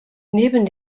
neben